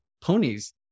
ponies